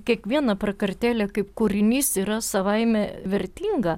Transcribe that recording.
kiekviena prakartėlė kaip kūrinys yra savaime vertinga